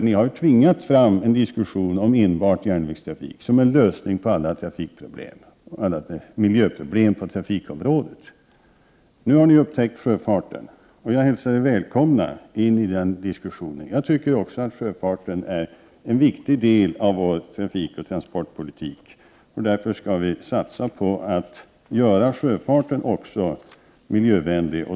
Ni har tvingat fram en diskussion om enbart järnvägstrafik som en lösning på alla miljöproblem på trafikområdet. Nu har ni upptäckt sjöfarten, och jag hälsar er välkomna i den diskussionen. Jag tycker också att sjöfarten är en viktig del av vår trafikoch transportpolitik, och därför skall vi satsa på att göra också sjöfarten miljövänlig.